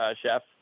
chef